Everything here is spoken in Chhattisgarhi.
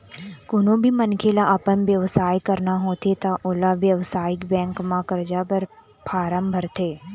कोनो भी मनखे ल अपन बेवसाय करना होथे त ओला बेवसायिक बेंक म करजा बर फारम भरथे